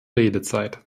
redezeit